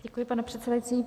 Děkuji, pane předsedající.